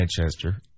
Manchester